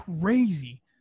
crazy